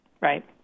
Right